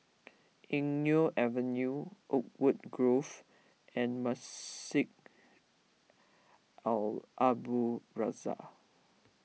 Eng Neo Avenue Oakwood Grove and Masjid Al Abdul Razak